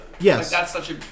yes